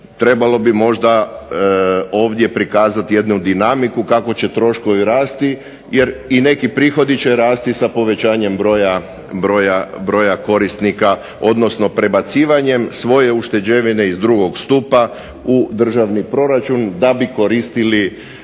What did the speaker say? trebalo bi možda ovdje prikazati jednu dinamiku kako će troškovi rasti jer i neki prihodi će rasti sa povećanjem broja korisnika, odnosno prebacivanjem svoje ušteđevine iz drugog stupa u državni proračun da bi koristili